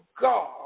God